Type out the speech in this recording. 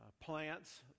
Plants